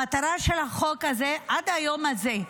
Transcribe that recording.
המטרה של החוק הזה, עד היום הזה,